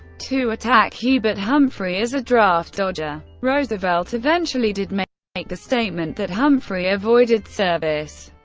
to attack hubert humphrey as a draft dodger roosevelt eventually did make make the statement that humphrey avoided service.